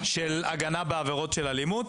את ההגנה על הילד בעברות של אלימות